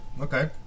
okay